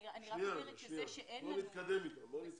אני רק אומרת שזה שאין לנו נציג כזה, זה